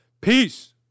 Peace